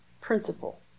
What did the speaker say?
principle